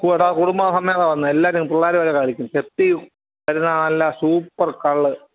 കുടുംബം കുടുംബസമേതാ വന്നേ എല്ലാവരും പിള്ളേര് വരേ കഴിക്കും ചെത്തി വരുന്ന നല്ല സൂപ്പർ കള്ള്